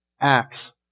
acts